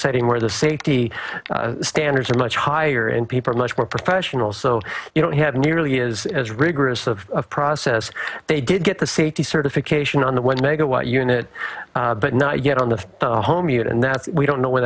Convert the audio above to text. setting where the safety owners are much higher and people are much more professional so you don't have nearly as as rigorous of a process they did get the safety certification on the one megawatt unit but not yet on the home unit and that we don't know where